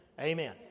Amen